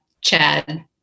Chad